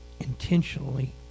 intentionally